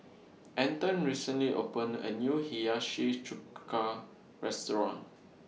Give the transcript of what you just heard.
Anton recently opened A New Hiyashi Chuka Restaurant